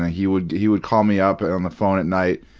he would he would call me up on the phone at night.